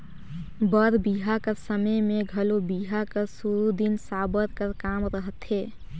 बर बिहा कर समे मे घलो बिहा कर सुरू दिन साबर कर काम रहथे